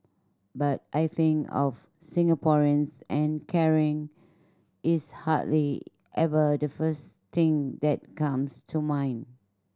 but I think of Singaporeans and caring is hardly ever the first thing that comes to mind